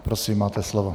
Prosím, máte slovo.